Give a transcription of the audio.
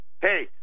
Hey